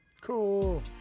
Cool